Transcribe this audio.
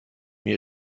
mir